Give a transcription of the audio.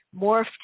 morphed